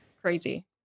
Crazy